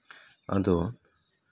ᱟᱫᱚ